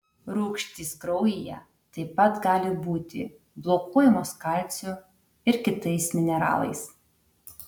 rūgštys kraujyje taip pat gali būti blokuojamos kalciu ir kitais mineralais